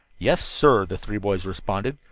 yes, sir, the three boys responded,